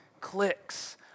clicks